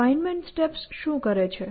refinement steps શું કરે છે